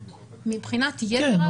מבחינת יתר ההגבלות?